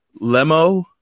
Lemo